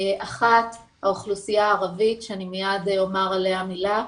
האחת היא האוכלוסייה הערבית, שמיד אומר עליה מילה,